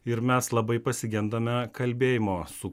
ir mes labai pasigendame kalbėjimo su